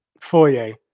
Foyer